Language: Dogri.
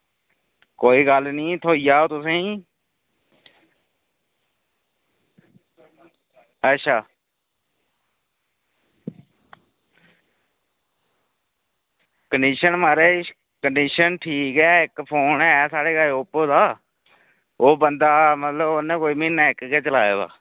कोई गल्ल निं थ्होई जाह्ग तुसें ई अच्छा कंडीशन म्हाराज कंडीशन ठीक ऐ इक्क फोन ऐ साढ़े कश ओप्पो दा ओह् बंदा मतलब उन्ने कोई म्हीना इक्क गै चलाये दा